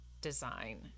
design